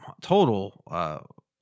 total